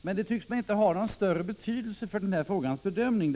Men det tycks mig inte vara av någon större betydelse för frågans bedömning.